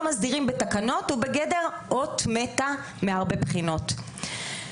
מסדירים בתקנות הוא בגדר אות מתה מהרבה בחינות.